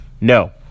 No